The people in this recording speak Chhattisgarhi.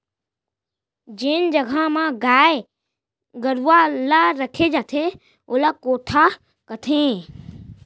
जेन जघा म गाय गरूवा ल रखे जाथे ओला कोठा कथें